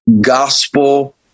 gospel